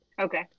okay